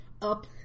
up